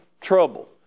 trouble